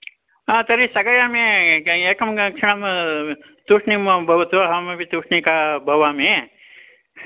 हा तर्हि स्थगयामि एकं गा क्षणं तूष्णीं भवतु अहमपि तूष्णीकः भवामि